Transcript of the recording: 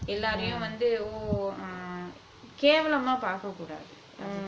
எல்லாரையும் வந்து:ellaraiyum vanthu ugh கேவலமா பாக்கக்கூடாது அது தான்:kevalama paakakkoodathu athu than